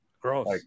Gross